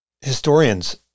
historians